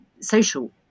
social